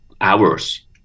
hours